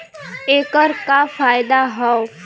ऐकर का फायदा हव?